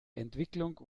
entwicklung